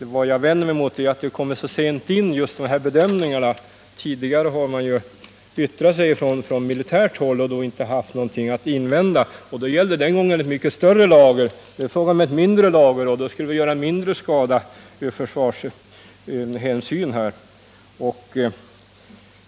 Vad jag vänder mig mot är att dessa bedömningar kommer så sent in. Tidigare har man ju yttrat sig från militärt håll och då inte haft någonting att invända. Det gällde den gången ett mycket större lager. Nu är det alltså fråga om mindre lager, och då skulle det väl göra mindre skada ur försvarssynpunkt.